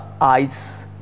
eyes